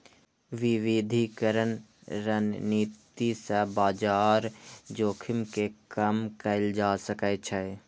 विविधीकरण रणनीति सं बाजार जोखिम कें कम कैल जा सकै छै